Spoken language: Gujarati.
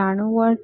93 વોલ્ટ